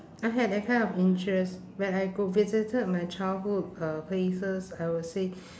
I had that kind of interest where I go visited my childhood uh places I will say